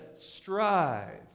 strive